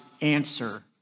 answer